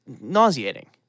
nauseating